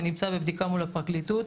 ונמצא בבדיקה מול הפרקליטות.